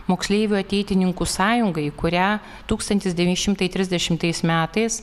moksleivių ateitininkų sąjungai kurią tūkstantis devyni šimtai trisdešimtais metais